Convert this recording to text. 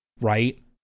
right